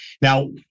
Now